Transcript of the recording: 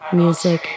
music